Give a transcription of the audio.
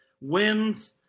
Wins